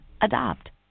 Adopt